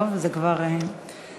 טוב, זה כבר לעניינכם.